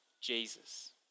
Jesus